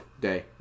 day